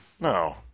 No